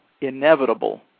inevitable